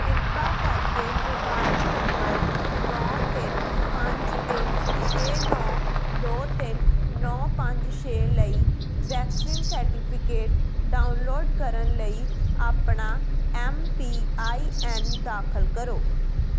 ਕਿਰਪਾ ਕਰਕੇ mobile number ਨੌਂ ਤਿੰਨ ਪੰਜ ਇੱਕ ਛੇ ਨੌਂ ਦੋ ਤਿੰਨ ਨੌਂ ਪੰਜ ਛੇ ਲਈ ਵੈਕਸੀਨ ਸਰਟੀਫਿਕੇਟ ਡਾਊਨਲੋਡ ਕਰਨ ਲਈ ਆਪਣਾ ਐਮ ਪੀ ਆਈ ਐਨ ਦਾਖਲ ਕਰੋ